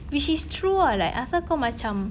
which is true ah like apasal kau macam